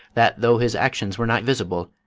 that though his actions were not visible,